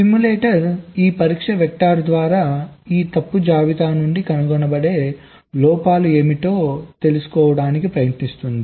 simulator ఈ పరీక్ష vectors ద్వారా ఈ తప్పు జాబితా నుండి కనుగొనబడే లోపాలు ఏమిటో తెలుసుకోవడానికి ప్రయత్నిస్తుంది